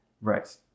Right